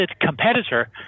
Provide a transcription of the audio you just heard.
competitor